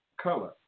color